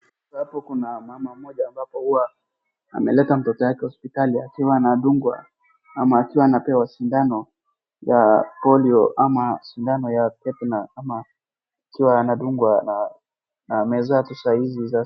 Hapa kuna mama mmoja ambapo huwa ameleta mtoto wake hospitalini akiwa anadungwa ama akiwa anadungwa sindano ya Polio ama sindano ya Tetanus ama akiwa anadungwa na amezoea tu saa hizi sasa.